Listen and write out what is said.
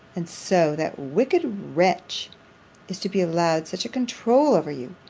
and so, that wicked wretch is to be allowed such a controul over you,